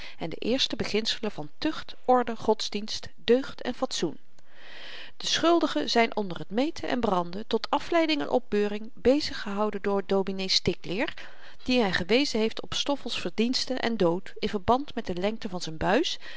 en de eerste beginselen van tucht orde godsdienst deugd en fatsoen de schuldigen zyn onder t meten en branden tot afleiding en opbeuring beziggehouden door dominee stikleer die hen gewezen heeft op stoffel's verdienste en dood in verband met de lengte van z'n buis